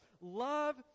love